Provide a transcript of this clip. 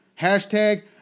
Hashtag